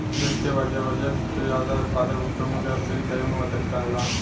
वित्तीय बाज़ार बचत के जादा उत्पादक उपयोग में गतिशील करे में मदद करला